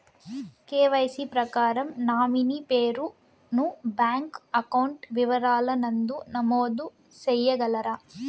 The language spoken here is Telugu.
కె.వై.సి ప్రకారం నామినీ పేరు ను బ్యాంకు అకౌంట్ వివరాల నందు నమోదు సేయగలరా?